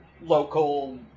local